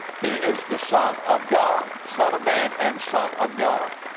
he is the son of god son of man and son of god.